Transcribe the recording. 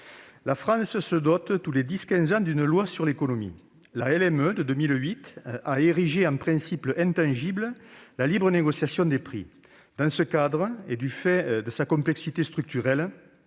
La France se dote tous les dix à quinze ans d'une loi sur l'économie. La loi LME de 2008 a érigé en principe intangible la libre négociation des prix. Dans ce cadre, et du fait de sa complexité structurelle,